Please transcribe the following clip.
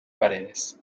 paredes